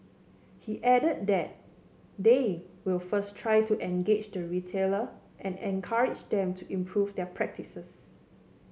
he added that they will first try to engage the retailer and encourage them to improve their practices